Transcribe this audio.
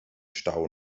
stau